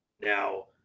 Now